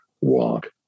walk